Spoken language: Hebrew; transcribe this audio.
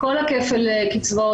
למשל בעניין כפל הקצבאות,